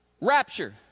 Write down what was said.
rapture